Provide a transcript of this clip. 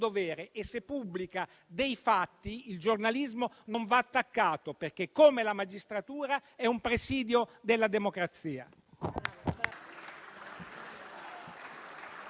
dovere e, se pubblica dei fatti, non va attaccato perché, come la magistratura, è un presidio della democrazia.